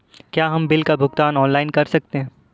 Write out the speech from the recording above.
क्या हम बिल का भुगतान ऑनलाइन कर सकते हैं?